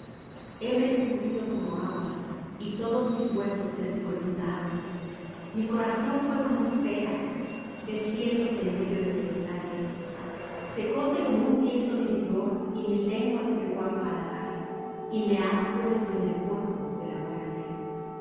heme escurrido como aguas y todos mis huesos se descoyuntaron mi corazón fué como cera desliéndose en medio de mis entrañas secóse como un tiesto mi vigor y mi lengua se pegó á mi paladar y me has puesto en el polvo de la muerte